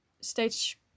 stage